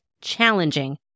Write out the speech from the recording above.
challenging